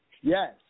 Yes